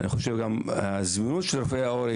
אני חושב שאין זמינות של רופאי עור,